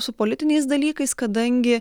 su politiniais dalykais kadangi